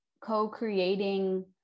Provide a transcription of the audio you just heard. co-creating